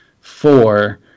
four